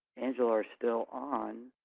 angela are still on